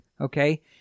okay